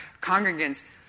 congregants